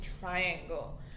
triangle